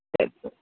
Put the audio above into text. ಸರಿ ಸರಿ